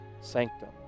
sanctum